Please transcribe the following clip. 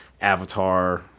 Avatar